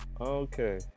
okay